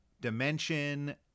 Dimension